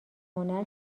هنر